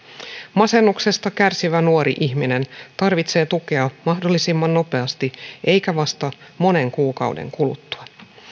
masennuksesta kärsivä nuori ihminen tarvitsee tukea mahdollisimman nopeasti eikä vasta monen kuukauden kuluttua